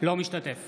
אינו משתתף